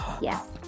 Yes